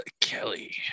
Kelly